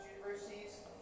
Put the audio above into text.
Universities